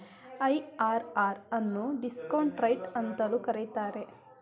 IRR ಅನ್ನು discount rate ಅಂತಲೂ ಕರೀತಾರೆ